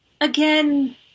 again